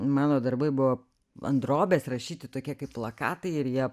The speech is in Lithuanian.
mano darbai buvo ant drobės rašyti tokie kaip plakatai ir jie